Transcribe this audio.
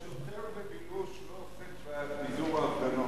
שוטר בבילוש לא עוסק בפיזור הפגנות.